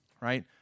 right